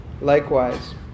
Likewise